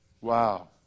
wow